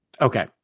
Okay